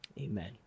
amen